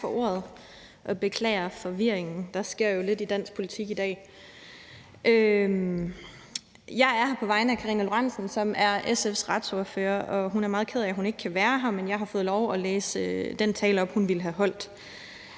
Jeg er her på vegne af fru Karina Lorentzen Dehnhardt, som er SF's retsordfører. Hun er meget ked af, hun ikke kan være her, men jeg har fået lov at læse den tale op, hun ville have holdt.